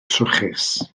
trwchus